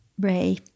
Ray